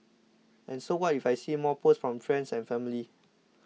and so what if I see more posts from friends and family